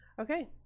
Okay